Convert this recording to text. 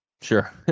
Sure